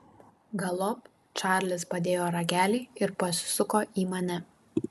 galop čarlis padėjo ragelį ir pasisuko į mane